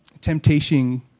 temptation